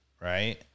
Right